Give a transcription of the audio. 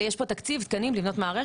כן, אבל יש פה תקציב, תקנים, לבנות מערכת.